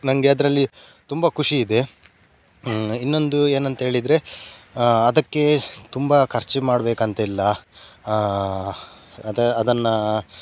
ನನಗೆ ಅದರಲ್ಲಿ ತುಂಬ ಖುಷಿ ಇದೆ ಇನ್ನೊಂದು ಏನು ಅಂತ ಹೇಳಿದರೆ ಅದಕ್ಕೆ ತುಂಬ ಖರ್ಚು ಮಾಡಬೇಕು ಅಂತ ಇಲ್ಲ ಅದೇ ಅದನ್ನು